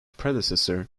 predecessor